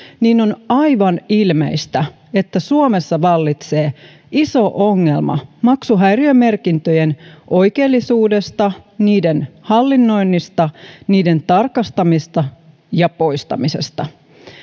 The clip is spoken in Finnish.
on aivan ilmeistä että suomessa vallitsee iso ongelma maksuhäiriömerkintöjen oikeellisuudesta niiden hallinnoinnista niiden tarkastamisesta ja poistamisesta